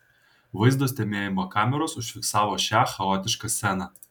vaizdo stebėjimo kameros užfiksavo šią chaotišką sceną